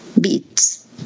beats